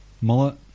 Mullet